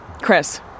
Chris